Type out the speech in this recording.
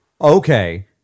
Okay